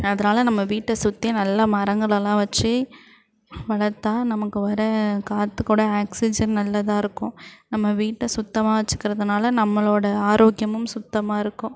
அதனால நம்ம வீட்டை சுற்றி நல்லா மரங்களெல்லாம் வச்சு வளர்த்தா நமக்கு வர காற்றுக்கூட ஆக்சிஜன் நல்லதாக இருக்கும் நம்ம வீட்டை சுத்தமாக வச்சுக்கறதுனால நம்மளோட ஆரோக்கியமும் சுத்தமாக இருக்கும்